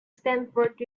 stanford